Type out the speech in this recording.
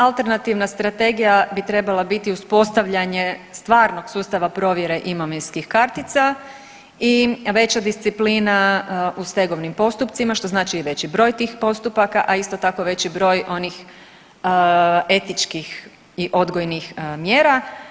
Alternativna strategija bi trebala biti uspostavljanje stvarnog sustava provjere imovinskih kartica i veća disciplina u stegovnim postupcima što znači i veći broj tih postupaka, a isto tako veći broj onih etičkih i odgojnih mjera.